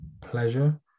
pleasure